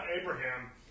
Abraham